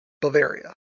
Bavaria